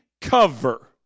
cover